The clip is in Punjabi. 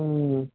ਹਮ